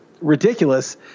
ridiculous